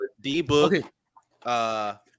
D-Book